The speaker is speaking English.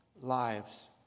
lives